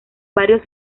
varios